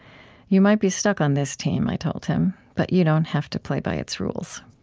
you might be stuck on this team i told him, but you don't have to play by its rules